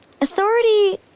Authority